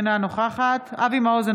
אינה נוכחת אבי מעוז,